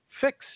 fix